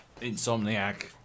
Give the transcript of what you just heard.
Insomniac